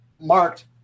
marked